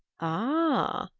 ah,